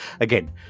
again